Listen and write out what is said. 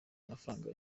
amafaranga